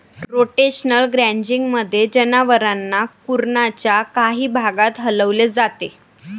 rotational ग्राझिंगमध्ये, जनावरांना कुरणाच्या काही भागात हलवले जाते